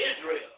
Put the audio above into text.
Israel